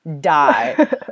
die